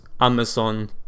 Amazon